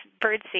birdseed